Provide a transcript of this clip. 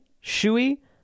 shui